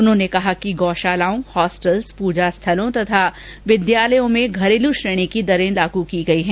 उन्होंने कहा कि गौशालाओं हॉस्टलों प्रजास्थलों तथा विद्यालयों में घरेलू श्रेणी की दरे लागू की गयी है